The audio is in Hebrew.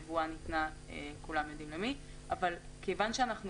נבואה ניתנה כולם יודעים למי; אבל כיוון שאנחנו